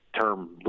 term